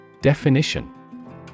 Definition